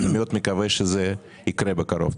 אני מאוד מקווה שזה יקרה בקרוב,